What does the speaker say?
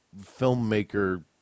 filmmaker